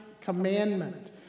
commandment